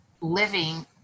living